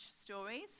stories